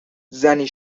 زنی